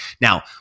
Now